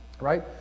Right